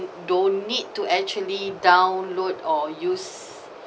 don't need to actually download or use